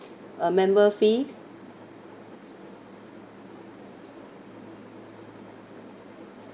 a member fees